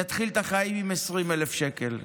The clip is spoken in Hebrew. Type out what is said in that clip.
יתחיל את החיים עם 20,000 שקל.